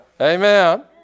Amen